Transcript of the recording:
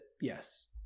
Yes